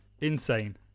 insane